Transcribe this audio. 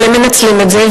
אבל הם מנצלים את זה,